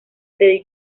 del